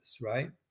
right